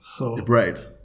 Right